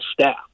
staff